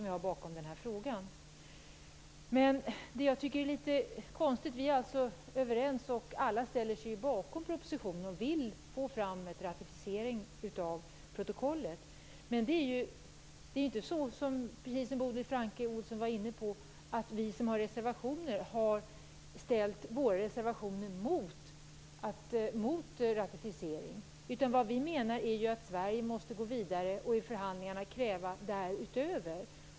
Vi är alltså överens, och alla ställer sig bakom propositionen och vill få fram en ratificering av protokollet. Det är inte så, precis som Bodil Francke Ohlsson var inne på, att vi som har avgett reservationer har ställt våra reservationer mot ratificering. Vad vi menar är att Sverige måste gå vidare och i förhandlingarna kräva att man går därutöver.